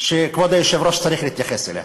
שכבוד היושב-ראש צריך להתייחס אליה: